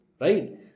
Right